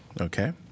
Okay